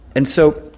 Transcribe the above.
and so,